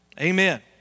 Amen